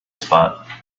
spot